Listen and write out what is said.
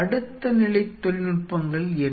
அடுத்த நிலை தொழில்நுட்பங்கள் என்ன